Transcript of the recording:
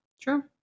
true